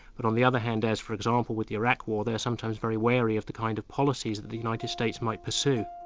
but on the other hand, as for example with the iraq war, they're sometimes very wary of the kind of policies that the united states might pursue.